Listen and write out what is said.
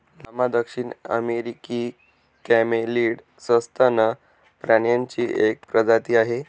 llama दक्षिण अमेरिकी camelid सस्तन प्राण्यांची एक प्रजाती आहे